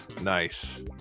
Nice